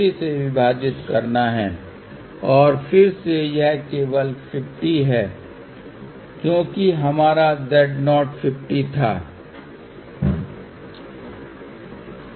यह एक short circuit के रूप में कार्य करेगा जो पावर यहां से जाने की कोशिश करेगी और यदि इस इंडक्टर के माध्यम से जो कुछ भी हो रहा है वह एक ओपन सर्किट के रूप में कार्य करेगा क्योंकि इंडक्टर को अनंत से गुणा किया गया जो एक ओपन सर्किट के रूप में कार्य करेगा